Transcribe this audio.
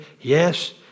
yes